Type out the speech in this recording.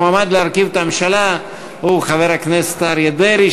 המועמד להרכיב את הממשלה הוא חבר הכנסת אריה דרעי,